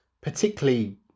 particularly